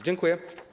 Dziękuję.